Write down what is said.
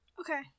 okay